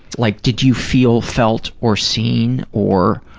like, did you feel felt or seen or.